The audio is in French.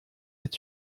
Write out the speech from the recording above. est